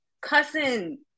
cussing